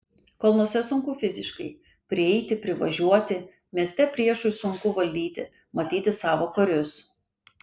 kalnuose sunku fiziškai prieiti privažiuoti mieste priešui sunku valdyti matyti savo karius